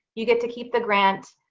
you get to keep the grant.